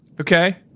Okay